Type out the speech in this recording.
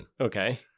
Okay